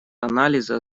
анализа